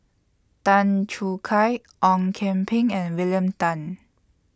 Tan Choo Kai Ong Kian Peng and William Tan